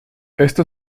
esto